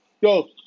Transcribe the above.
Yo